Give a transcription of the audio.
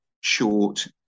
short